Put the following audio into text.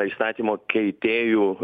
įstatymo keitėjų